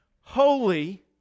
holy